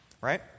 right